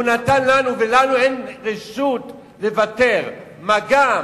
והוא נתן לנו, ולנו אין רשות לוותר, מה גם,